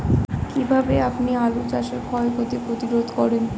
কীভাবে আপনি আলু চাষের ক্ষয় ক্ষতি প্রতিরোধ করেন?